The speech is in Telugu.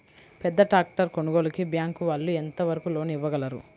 పెద్ద ట్రాక్టర్ కొనుగోలుకి బ్యాంకు వాళ్ళు ఎంత వరకు లోన్ ఇవ్వగలరు?